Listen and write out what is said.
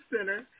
Center